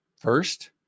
first